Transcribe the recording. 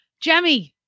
Jemmy